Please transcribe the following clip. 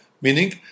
meaning